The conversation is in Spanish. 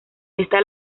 esta